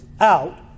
out